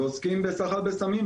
ועוסקים בסחר בסמים,